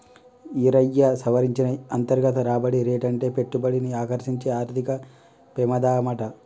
ఈరయ్యా, సవరించిన అంతర్గత రాబడి రేటంటే పెట్టుబడిని ఆకర్సించే ఆర్థిక పెమాదమాట